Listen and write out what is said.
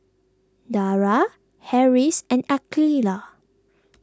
Dara Harris and Aqilah